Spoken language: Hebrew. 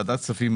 ועדת הכספים,